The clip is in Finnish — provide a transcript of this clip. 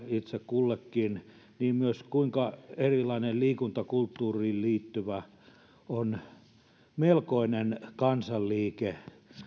itse kullekin ja myös kuinka erilainen liikuntakulttuuriin liittyvä on melkoinen kansanliike